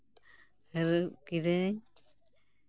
ᱦᱟᱹᱨᱩᱵ ᱠᱮᱫᱟᱧ